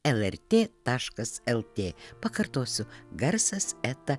lrt taškas lt pakartosiu garsas eta